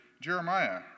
Jeremiah